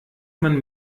man